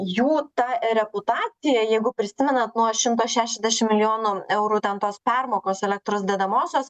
jų ta reputacija jeigu prisimenat nuo šimto šešiasdešim milijonų eurų ten tos permokos elektros dedamosios